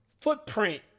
footprint